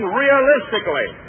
realistically